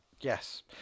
Yes